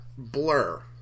blur